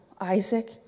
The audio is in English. Isaac